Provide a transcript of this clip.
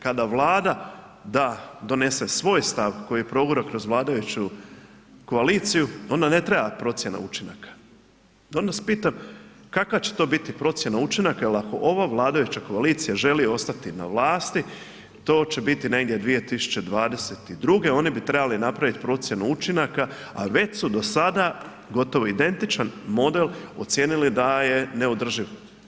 Kada Vlada da, donese svoj stav koji je progurao kroz vladajuću koaliciju onda ne treba procjena učinaka, da vas pitam kakva će to biti procjena učinaka jel ako ova vladajuća koalicija želi ostati na vlasti, to će biti negdje 2022., oni bi trebali napravit procjenu učinaka, a već su do sada gotovo identičan model ocijenili da je neodrživ.